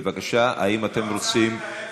בבקשה, האם אתם רוצים,